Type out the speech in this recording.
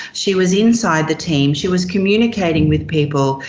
she was inside the team, she was communicating with people,